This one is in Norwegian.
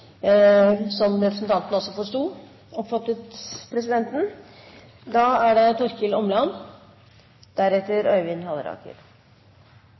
som representanten også forsto, oppfattet presidenten. Dette er